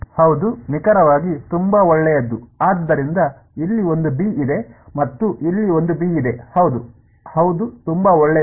ಹೌದು ನಿಖರವಾಗಿ ತುಂಬಾ ಒಳ್ಳೆಯದು ಆದ್ದರಿಂದ ಇಲ್ಲಿ ಒಂದು ಬಿ ಇದೆ ಮತ್ತು ಇಲ್ಲಿ ಒಂದು ಬಿ ಇದೆ ಹೌದು ಹೌದು ತುಂಬಾ ಒಳ್ಳೆಯದು